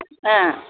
ओ